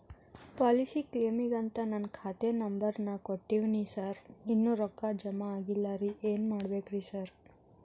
Policy ಕ್ಲೇಮಿಗಂತ ನಾನ್ ಖಾತೆ ನಂಬರ್ ನಾ ಕೊಟ್ಟಿವಿನಿ ಸಾರ್ ಇನ್ನೂ ರೊಕ್ಕ ಜಮಾ ಆಗಿಲ್ಲರಿ ಏನ್ ಮಾಡ್ಬೇಕ್ರಿ ಸಾರ್?